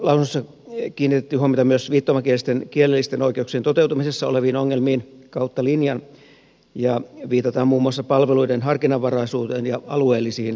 sivistysvaliokunnan lausunnossa kiinnitettiin huomiota myös viittomakielisten kielellisten oikeuksien toteutumisessa oleviin ongelmiin kautta linjan ja viitataan muun muassa palveluiden harkinnanvaraisuuteen ja alueellisiin eroihin